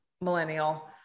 millennial